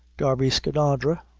darby skinadre,